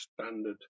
standard